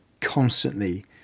constantly